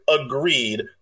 agreed